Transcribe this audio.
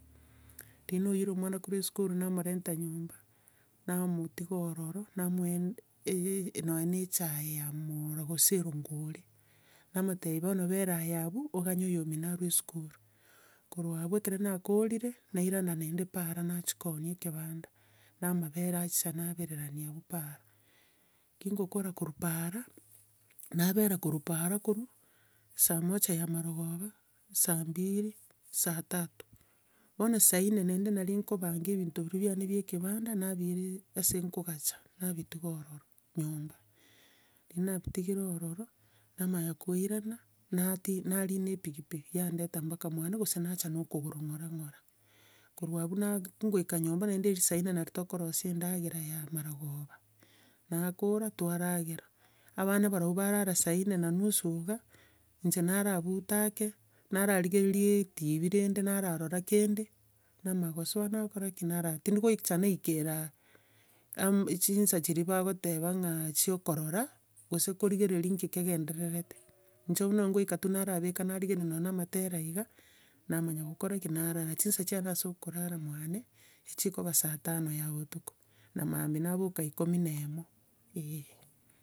riria naoiyirie omwana korwa esukuru namorenta nyomba. namotiga ororo, namwoen nonya ne echae ya mooro gose na erongori. Namotebia bono bera aye abwo, oganye oyo omino arwe esukuru. Korwa abwo ekero nakoriire, nairana naende para nachia koonia ekebanda, na amabere aisana abererania abwo para. Nkigokora korwa para, nabera korwa para korwa, saa moja ya marogoba, saa mbili, saa tatu. Bono saa nne naende nari nkobanga ebinto biria biane bia ekebanda, nabiira e- ase nkogacha, nabitiga ororo, nyomba. riria nabitigere ororo, namanya koirana, nati- narina epikipiki, yandenta mpaka mwane gose nacha na okogoro ng'ora ng'ora. Korwa abwo. ngoika nyomba, saa nne naria tokorosia endagera ya marogoba. nakora, twaragera. Abana borobwo barara saa nne na nusu iga inche narabuta ake, nararigereria etibi rende nararora kende, namanya kosoa nakora ki? Narara. Tindi goicha naikeraa am- chinsa chiria bagoteba ng'a chia okorora, gose korigereria nki kegendererete inche buna ngoika tu naraabeka narigeria nonya na amatera iga, namanya gokora ki? Narara. chinsa chiane ase okorara mwane echikoba saa tano ya obotuko, na maambia naboka ikomi na emo, eeh.